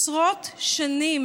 עשרות שנים,